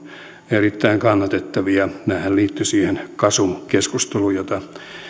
erittäin kannatettavia nämähän liittyvät siihen gasum keskusteluun jota vilkkaana käytiin